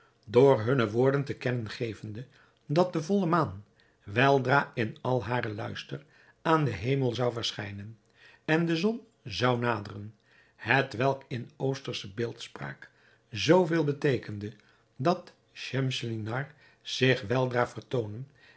door hunne woorden te kennen gevende dat de volle maan weldra in al haren luister aan den hemel zou verschijnen en de zon zou naderen hetwelk in oostersche beeldspraak zoo veel beteekende dat schemselnihar zich weldra vertoonen